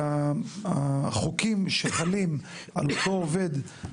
החוקים שחלים על אותו עובד,